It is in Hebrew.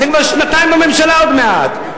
אתם כבר שנתיים בממשלה עוד מעט.